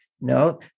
No